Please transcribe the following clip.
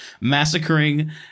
massacring